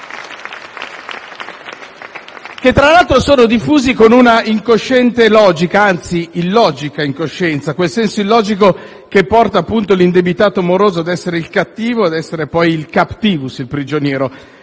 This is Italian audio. che, tra l'altro, sono diffusi con una incosciente logica, anzi illogica incoscienza, quel senso illogico che porta, appunto, l'indebitato moroso ad essere il cattivo e ad essere poi il *captivus*, cioè il prigioniero.